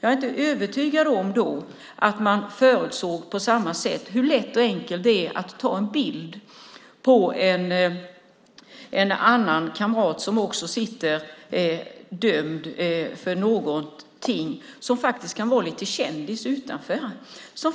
Jag är inte övertygad om att man då förutsåg på samma sätt hur lätt och enkelt det är att ta en bild på en kamrat som också sitter dömd för någonting, som kan vara lite kändis utanför och som